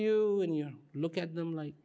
you and you look at them like